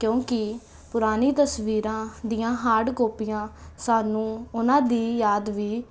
ਕਿਉਂਕਿ ਪੁਰਾਣੀ ਤਸਵੀਰਾਂ ਦੀਆਂ ਹਾਰਡ ਕੋਪੀਆਂ ਸਾਨੂੰ ਉਹਨਾਂ ਦੀ ਯਾਦ ਵੀ